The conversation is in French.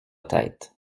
tête